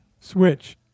switch